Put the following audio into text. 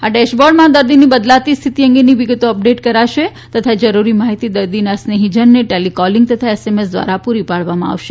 આ ડેશબોર્ડમાં દર્દીની બદલાતી સ્થિતિ અંગેની વિગતો અપડેટ કરાશે તથા જરૂરી માહિતી દર્દીના સ્નેહીજનને ટેલીકોલિંગ તથા આવશે